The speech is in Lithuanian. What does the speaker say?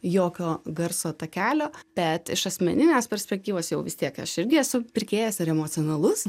jokio garso takelio bet iš asmeninės perspektyvos jau vis tiek aš irgi esu pirkėjas ir emocionalus